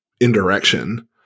indirection